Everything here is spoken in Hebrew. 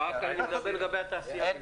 אני מדבר לגבי התעשייה.